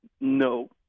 no